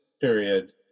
period